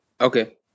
Okay